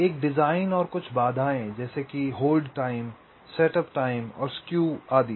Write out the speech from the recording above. एक डिज़ाइन और कुछ बाधाएं जैसे कि होल्ड टाइम स्क्यू सेटअप समय आदि